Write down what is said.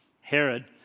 Herod